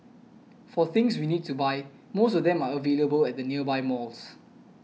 for things we need to buy most of them are available at the nearby malls